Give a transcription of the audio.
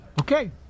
okay